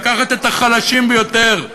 לקחת את החלשים ביותר,